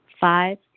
Five